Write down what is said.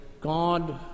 God